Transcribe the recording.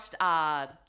watched